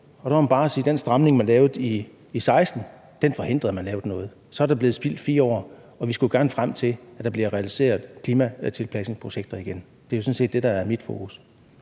den stramning, man lavede i 2016, forhindrede, at der blev lavet noget. Så der er blevet spildt 4 år, og vi skulle jo gerne nå frem til, at der bliver realiseret klimatilpasningsprojekter igen. Det er sådan set det, der er mit fokus.